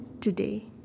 today